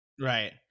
Right